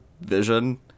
vision